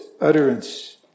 utterance